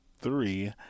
three